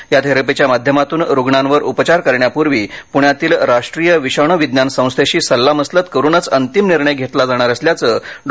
या थेरपीच्या माध्यमातून रुग्णावर उपचार करण्यापूर्वी पूण्यातील राष्ट्रीय विषाणू विज्ञान संस्थेशी सल्लामसलत करुनच अंतिम निर्णय घेतला जाणार असल्याचं डॉ